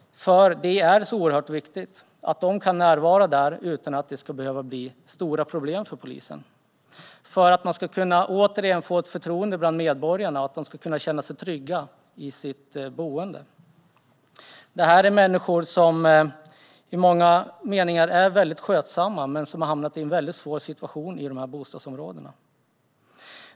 Det är viktigt att de kan närvara där utan att det ska bli stora problem. Det handlar om att få medborgarnas förtroende och att medborgarna ska känna sig trygga i sitt boende. Det är människor som i många meningar är väldigt skötsamma men som har hamnat i en svår situation i de här bostadsområdena.